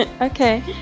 okay